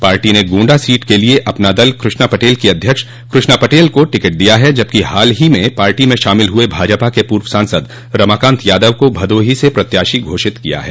party ने Gonda seat के लिए अपना दल कृष्णा पटेल की अध्यक्ष कृष्णा पटेल को टिकट दिया है जबकि हाल ही में पार्टी में शामिल हुए भाजपा के पूर्व सांसद रमाकांत यादव को भदोही से प्रत्याशी घोषित किया है